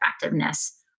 effectiveness